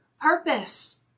purpose